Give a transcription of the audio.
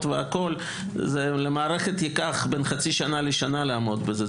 והכול - למערכת ייקח בין חצי שנה לשנה לעמוד בזה.